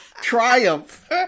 Triumph